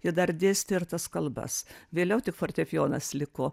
ji dar dėstė ir tas kalbas vėliau tik fortepijonas liko